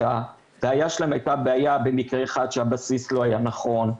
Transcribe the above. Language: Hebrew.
שהבעיה שלהם הייתה בעיה במקרה אחד שהבסיס לא היה נכון,